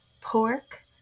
pork